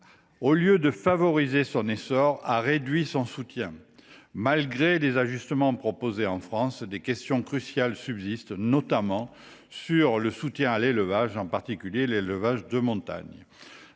au lieu de favoriser son essor, a réduit son soutien. Malgré les ajustements proposés en France, des questions cruciales subsistent, notamment sur le soutien à l’élevage, en particulier en zone de montagne.